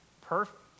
perfect